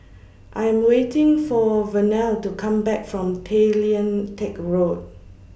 I Am waiting For Vernelle to Come Back from Tay Lian Teck Road